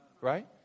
right